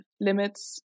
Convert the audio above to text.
limits